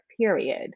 period